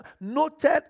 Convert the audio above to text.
noted